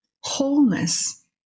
wholeness